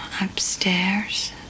Upstairs